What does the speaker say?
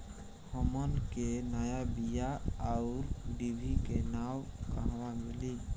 हमन के नया बीया आउरडिभी के नाव कहवा मीली?